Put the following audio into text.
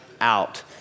out